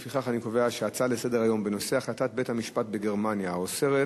לפיכך אני קובע שההצעה לסדר-היום בנושא החלטת בית-המשפט בגרמניה האוסרת